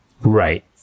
Right